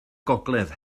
gogledd